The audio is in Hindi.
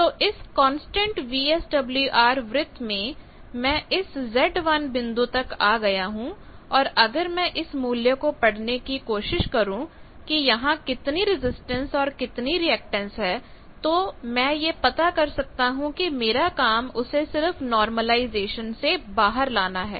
तो इस कांस्टेंट VSWR वृत्त से मैं इस z1 बिंदु तक आ गया हूं और अगर मैं इस मूल्य को पढ़ने की कोशिश करू कि यहां कितनी रेजिस्टेंस और कितनी रिएक्टेंस है तो मैं यह पता कर सकता हूं कि मेरा काम उसे सिर्फ नार्मलाईज़ेशन से बाहर लाना है